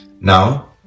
Now